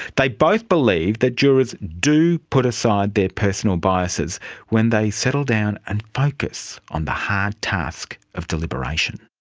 they both believe that jurors do put aside their personal biases when they settle down and focus on the hard task of deliberation.